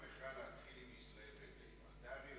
נגד, רוני בר-און הצביע נגד, כולכם הצבעתם נגד.